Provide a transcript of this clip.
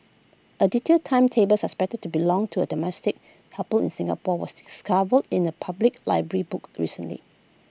A detailed timetable suspected to belong to A domestic helper in Singapore was discovered in A public library book recently